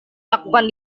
lakukan